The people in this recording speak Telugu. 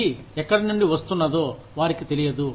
అదే ఎక్కడి నుండి వస్తున్నదో వారికి తెలియదు